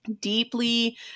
deeply